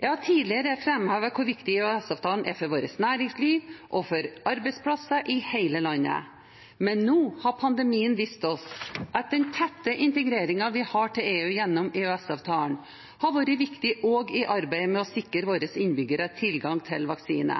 vårt næringsliv og for arbeidsplasser i hele landet, men nå har pandemien vist oss at den tette integreringen vi har til EU gjennom EØS-avtalen, har vært viktig også i arbeidet med å sikre våre innbyggere tilgang til vaksine.